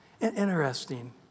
Interesting